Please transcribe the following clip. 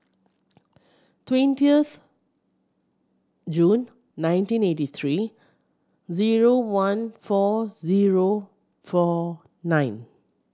twentieth June nineteen eighty three zero one four zero four nine